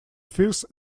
fierce